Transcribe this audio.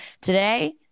today